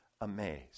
amazed